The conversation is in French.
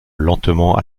lentement